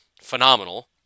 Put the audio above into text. phenomenal